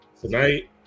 tonight